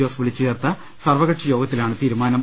ജോസ് വിളിച്ചുചേർത്ത സർവകക്ഷി യോഗത്തിലാണ് തീരുമാനം